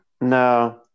No